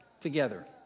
together